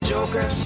Joker